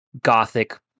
gothic